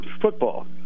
football